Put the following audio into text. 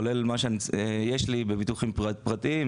כולל מה שיש לי בביטוחים פרטיים.